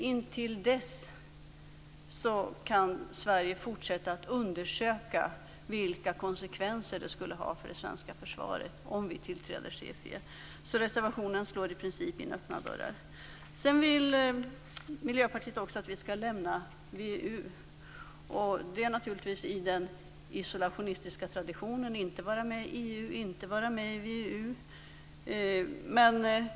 Intill dess kan Sverige fortsätta att undersöka vilka konsekvenser det skulle ha för det svenska försvaret om Sverige tillträder CFE. Reservationen slår i princip in öppna dörrar. Miljöpartiet vill att Sverige skall lämna VEU. Det ligger naturligtvis i den isolationistiska traditionen att inte vara med i EU och inte vara med i VEU.